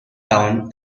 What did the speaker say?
town